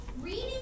Reading